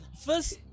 first